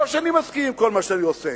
לא שאני מסכים עם כל מה שאני עושה,